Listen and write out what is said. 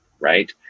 right